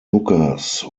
lucas